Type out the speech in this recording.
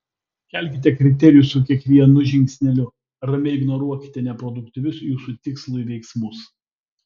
kelkite kriterijų su kiekvienu žingsneliu ramiai ignoruokite neproduktyvius jūsų tikslui veiksmus